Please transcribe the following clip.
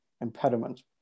impediment